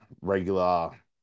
regular